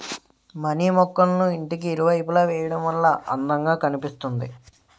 money మొక్కళ్ళను ఇంటికి ఇరువైపులా వేయడం వల్ల అందం గా కనిపిస్తుంది